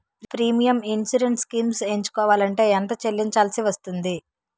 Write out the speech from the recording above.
Premium insurance schemes ఎంచుకోవలంటే ఎంత చల్లించాల్సివస్తుంది??